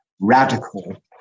radical